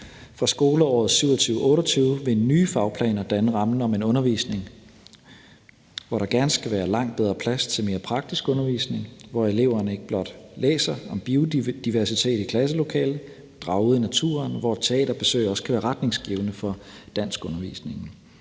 Fra skoleåret 2027-28 vil nye fagplaner danne rammen om en undervisning, hvor der gerne skal være langt bedre plads til mere praktisk undervisning, hvor eleverne ikke blot læser om biodiversitet i klasselokalet, men drager ud i naturen, hvor teaterbesøg også kan være retningsgivende for danskundervisningen,